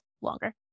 longer